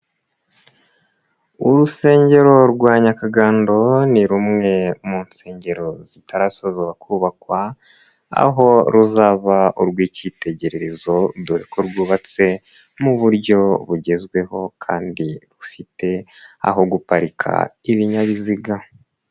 Urusengero rwa Nyakagando, ni rumwe mu nsengero zitarasozwa kubakwa, aho ruzaba urw'ikitegererezo, dore ko rwubatse mu buryo bugezweho kandi rufite aho guparika ibinyabiziga.